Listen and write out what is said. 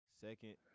Second